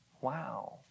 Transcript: wow